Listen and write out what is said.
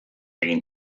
egin